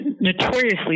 notoriously